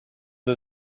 the